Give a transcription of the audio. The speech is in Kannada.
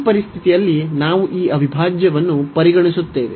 ಈ ಪರಿಸ್ಥಿತಿಯಲ್ಲಿ ನಾವು ಈ ಅವಿಭಾಜ್ಯವನ್ನು ಪರಿಗಣಿಸುತ್ತೇವೆ